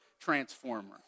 transformer